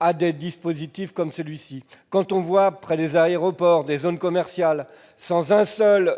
avec des dispositifs comme celui-ci. Quand on voit, près des aéroports, des zones commerciales sans un seul